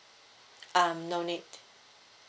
um no need